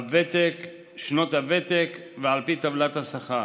הוותק ושנות הוותק ועל פי טבלת השכר.